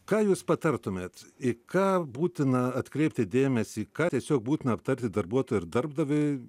ką jūs patartumėt į ką būtina atkreipti dėmesį ką tiesiog būtina aptarti darbuotojui ar darbdaviui